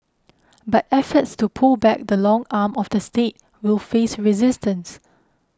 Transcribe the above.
but efforts to pull back the long arm of the State will face resistance